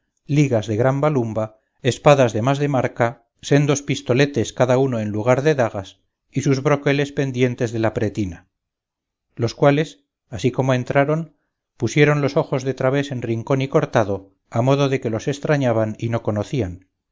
ligas de gran balumba espadas de más de marca sendos pistoletes cada uno en lugar de dagas y sus broqueles pendientes de la pretina los cuales así como entraron pusieron los ojos de través en rincón y cortado a modo de que los estrañaban y no conocían